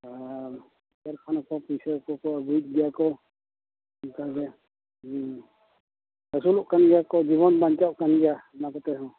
ᱟᱨ ᱠᱟᱹᱨᱠᱷᱟᱱᱟ ᱠᱚ ᱯᱩᱭᱥᱟᱹ ᱠᱚᱠᱚ ᱟᱹᱜᱩᱭᱮᱫ ᱜᱮᱭᱟᱠᱚ ᱚᱱᱠᱟ ᱜᱮ ᱟᱹᱥᱩᱞᱚᱜ ᱠᱟᱱ ᱜᱮᱭᱟ ᱠᱚ ᱡᱤᱵᱚᱱ ᱵᱟᱧᱪᱟᱣ ᱠᱟᱱ ᱜᱮᱭᱟ ᱚᱱᱟ ᱠᱚᱛᱮ ᱦᱚᱸ